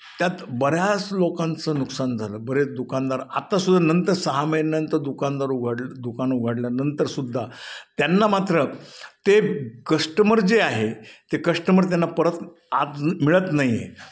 त्यात बऱ्याच लोकांचं नुकसान झालं बरेच दुकानदार आतासुद्धा नंतर सहा महिन्यानंतर दुकानदार उघाडलं दुकान उघडल्यानंतर सुद्धा त्यांना मात्र ते कस्टमर जे आहे ते कश्टमर त्यांना परत आज मिळत नाही आहे